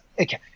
okay